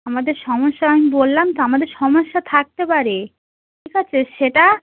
আমাদের সমস্যা আমি বললাম তো আমাদের সমস্যা থাকতে পারে ঠিক আছে সেটা